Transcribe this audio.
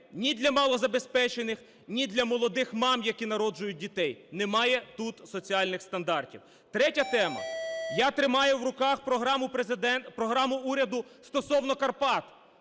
ні для малозабезпечених, ні для молодих мам, які народжують дітей, – немає тут соціальних стандартів. Третя тема. Я тримаю в руках програму уряду стосовно Карпат.